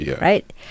right